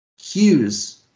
Hughes